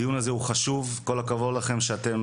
הדיון הזה הוא חשוב, כל הכבוד לכם שאתם